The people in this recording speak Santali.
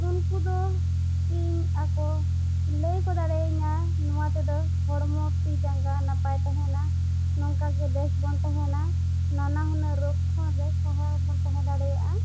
ᱩᱱᱠᱩ ᱫᱚ ᱤᱧ ᱟᱠᱚ ᱞᱟᱹᱭ ᱠᱚ ᱫᱟᱲᱮᱭᱟᱹᱧᱟᱹ ᱱᱚᱣᱟ ᱛᱮ ᱫᱚ ᱦᱚᱲᱢᱚ ᱛᱤ ᱡᱟᱸᱜᱟ ᱱᱟᱯᱟᱭ ᱛᱟᱦᱮᱱᱟ ᱱᱚᱝᱠᱟ ᱜᱮ ᱵᱮᱥ ᱵᱚᱱ ᱛᱟᱦᱮᱱᱟ ᱱᱟᱱᱟ ᱦᱩᱱᱟᱹᱨ ᱨᱳᱜᱽ ᱠᱷᱚᱱ ᱨᱮ ᱥᱟᱦᱟ ᱵᱚᱱ ᱛᱟᱦᱮᱸ ᱫᱟᱲᱮᱭᱟᱜᱼᱟ